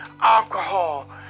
alcohol